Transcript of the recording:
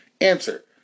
Answer